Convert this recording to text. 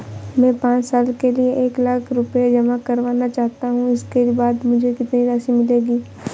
मैं पाँच साल के लिए एक लाख रूपए जमा करना चाहता हूँ इसके बाद मुझे कितनी राशि मिलेगी?